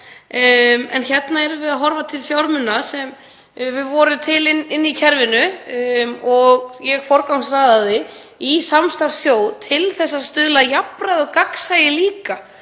En hér erum við að horfa til fjármuna sem voru til inni í kerfinu og ég forgangsraðaði í samstarfssjóð til að stuðla að jafnræði og gagnsæi við